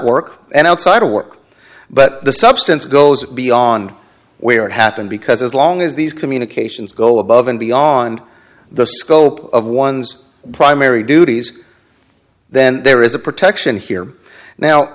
work and outside of work but the substance goes beyond where it happened because as long as these communications go above and beyond the scope of one's primary duties then there is a protection here now